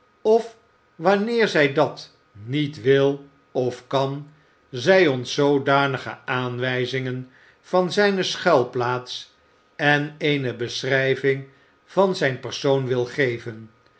of wanneer zij dat niet wil of kan zij ons zoodanige aanwijzing van zijne schui plaats en eene beschrijving van zijn persoon wil geven